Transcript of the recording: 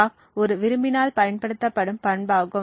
clock ஒரு விரும்பினால் பயன்படுத்தப்படும் பண்பாகும்